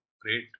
great